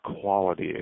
quality